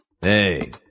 Hey